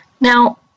Now